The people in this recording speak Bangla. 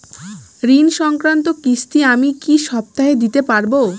ঋণ সংক্রান্ত কিস্তি আমি কি সপ্তাহে দিতে পারবো?